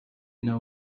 know